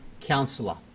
counselor